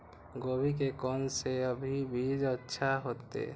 गोभी के कोन से अभी बीज अच्छा होते?